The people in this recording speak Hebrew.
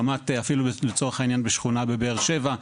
אפילו לצורך העניין ברמת שכונה בבאר שבע,